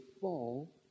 fall